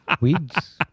Weeds